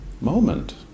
moment